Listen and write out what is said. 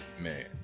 Man